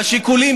והשיקולים,